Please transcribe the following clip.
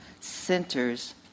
centers